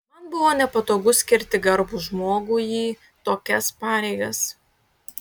man buvo nepatogu skirti garbų žmogų į tokias pareigas